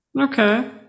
Okay